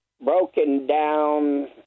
broken-down